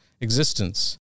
existence